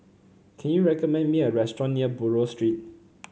can you recommend me a restaurant near Buroh Street